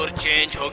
ah change